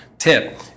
tip